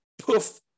poof